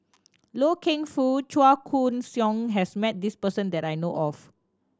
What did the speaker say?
Loy Keng Foo Chua Koon Siong has met this person that I know of